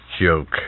joke